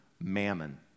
mammon